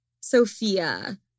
Sophia